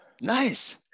Nice